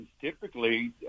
typically